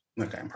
Okay